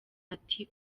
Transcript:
ati